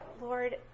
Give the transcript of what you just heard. lord